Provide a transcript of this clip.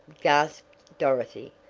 gasped dorothy,